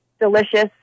delicious